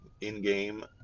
in-game